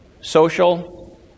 social